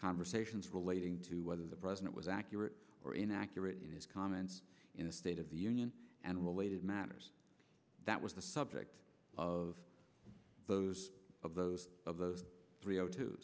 conversations relating to whether the president was accurate or inaccurate in his comments in the state of the union and related matters that was the subject of those of those of those three o two